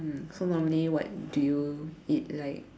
so normally what do you eat like